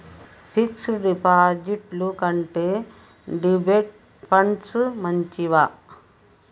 Fix డ్ డిపాజిట్ల కంటే డెబిట్ ఫండ్స్ మంచివా?